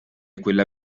quella